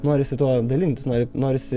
norisi tuo dalintis nori norisi